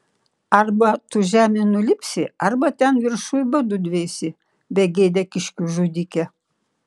arba tu žemėn nulipsi arba ten viršuj badu dvėsi begėde kiškių žudike